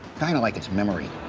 kind of like its memory.